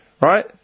right